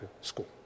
school